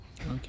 Okay